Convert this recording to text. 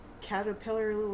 caterpillar